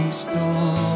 storm